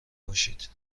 باشید